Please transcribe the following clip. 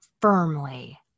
firmly